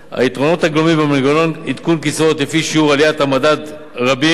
היתרונות הגלומים במנגנון עדכון קצבאות לפי שיעור עליית המדד רבים,